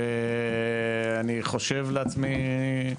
ואני חושב לעצמי,